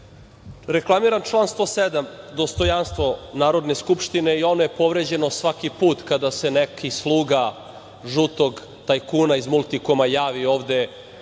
reklamiram član 107, dostojanstvo Narodne skupštine i ono je povređeno svaki put kada se neki sluga žutog tajkuna iz Multikoma javi ovde